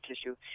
tissue